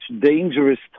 dangerous